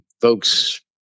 folks